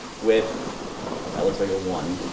with that looks like a one.